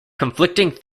conflicting